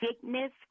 sickness